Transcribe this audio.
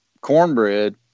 cornbread